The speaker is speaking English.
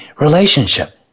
relationship